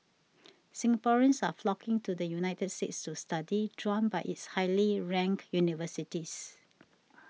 Singaporeans are flocking to the United States to study drawn by its highly ranked universities